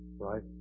Right